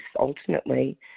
ultimately